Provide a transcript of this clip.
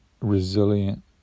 resilient